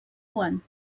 one